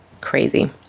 crazy